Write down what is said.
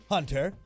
Hunter